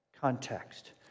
Context